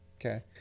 Okay